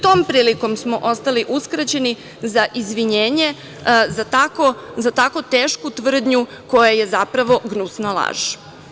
Tom prilikom smo ostali uskraćeni za izvinjenje za tako tešku tvrdnju koja je zapravo gnusna laž.